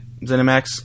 ZeniMax